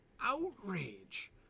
outrage